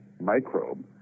microbe